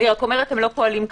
אני רק אומרת שהם לא פועלים כך.